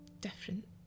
different